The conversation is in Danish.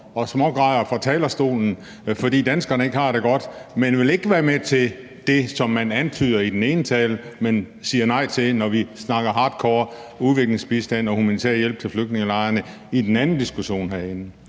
og smågræder fra talerstolen, fordi danskerne ikke har det godt, og man vil ikke være med til det, som man antyder i den ene diskussion, men siger nej, når vi snakker hardcore udviklingsbistand og humanitær hjælp til flygtningelejrene i den anden diskussion herinde.